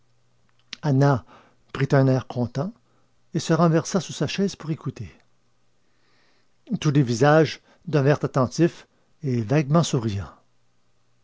air content et se renversa sur sa chaise pour écouter tous les visages devinrent attentifs et vaguement souriants